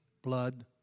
Blood